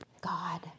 God